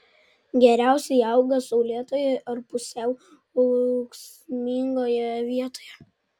geriausiai auga saulėtoje ar pusiau ūksmingoje vietoje